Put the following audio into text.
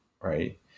right